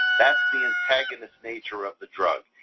that's the antagonist nature of the drug.